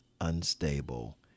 unstable